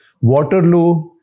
Waterloo